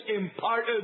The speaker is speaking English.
imparted